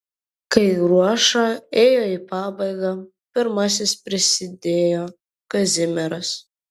kai ruoša ėjo į pabaigą pirmasis prisėdo kazimieras